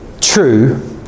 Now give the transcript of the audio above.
true